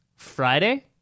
friday